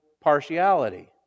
partiality